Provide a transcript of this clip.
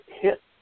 hit